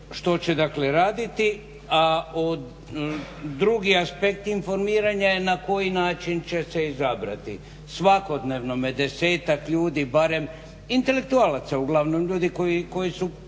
što će dakle raditi a od drugi aspekt informiranja je na koji način će se izabrati. Svakodnevno me deset ljudi barem intelektualaca uglavnom ljudi koji su